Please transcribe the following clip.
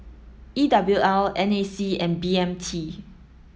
E W L N A C and B M T